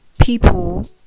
people